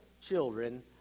children